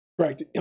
Correct